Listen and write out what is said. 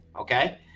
okay